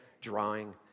drawing